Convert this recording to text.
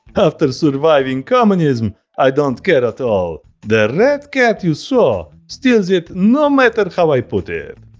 after surviving communism i don't care at all the red cat you saw, steals it no matter how i put it.